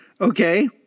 okay